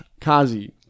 Kazi